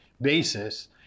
Basis